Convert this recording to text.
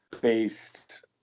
based